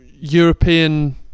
European